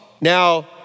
Now